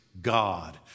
God